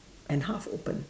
and half open